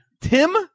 Tim